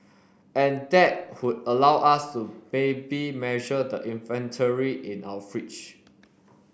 and that would allow us to maybe measure the inventory in our fridge